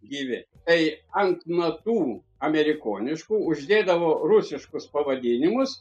gyvi tai ant natų amerikoniškų uždėdavo rusiškus pavadinimus